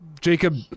Jacob